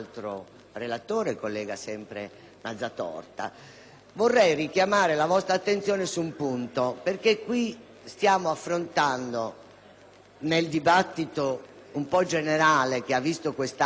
Vorrei richiamare la vostra attenzione su un punto: stiamo affrontando, infatti, nel dibattito un po' generale che ha visto quest'Aula riflettere sulle questioni di insindacabilità